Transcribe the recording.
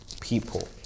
people